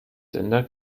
sender